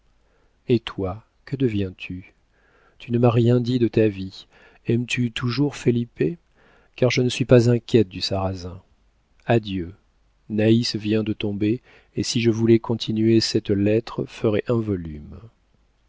et toi que deviens-tu tu ne m'as rien dit de ta vie aimes-tu toujours felipe car je ne suis pas inquiète du sarrasin adieu naïs vient de tomber et si je voulais continuer cette lettre ferait un volume